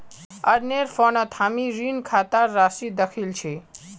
अरनेर फोनत हामी ऋण खातार राशि दखिल छि